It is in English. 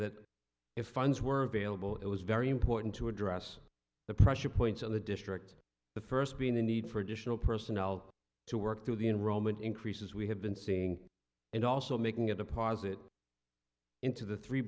that if funds were available it was very important to address the pressure points on the district the first being the need for additional personnel to work through the enrolment increases we have been seeing and also making a deposit into the three